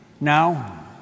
now